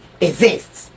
exists